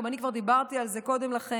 גם אני דיברתי על זה קודם לכן,